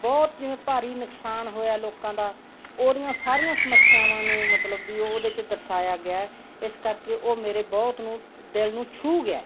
ਬਹੁਤ ਜਿਵੇਂ ਭਾਰੀ ਨੁਕਸਾਨ ਹੋਇਆ ਲੋਕਾਂ ਦਾ ਉਹਦੀਆਂ ਸਾਰੀਆਂ ਸਮੱਸਿਆਵਾਂ ਨੂੰ ਮਤਲਬ ਵੀ ਉਹਦੇ 'ਚ ਦਰਸਾਇਆ ਗਿਆ ਇਸ ਕਰਕੇ ਉਹ ਮੇਰੇ ਬਹੁਤ ਨੂੰ ਦਿਲ ਨੂੰ ਛੂਹ ਗਿਆ